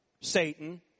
Satan